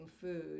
food